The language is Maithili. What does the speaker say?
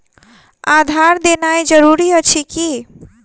आधार देनाय जरूरी अछि की?